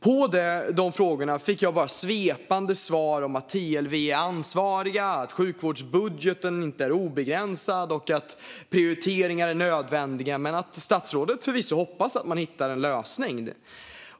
På de frågorna fick jag bara svepande svar om att TLV är ansvarigt, att sjukvårdsbudgeten inte är obegränsad och att prioriteringar är nödvändiga men att statsrådet förvisso hoppas att man hittar en lösning.